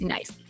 Nice